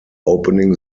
opening